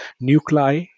nuclei